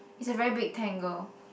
it's a very big tangle